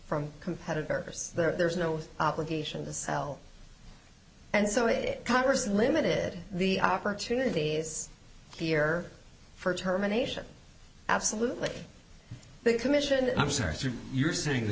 from competitors there's no obligation to sell and so it congress limited the opportunities here for terminations absolutely the commission i'm sorry you're saying